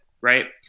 Right